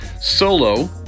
Solo